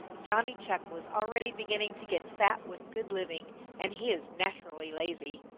johnny chuck was already beginning to get fat with good living and he is naturally lazy.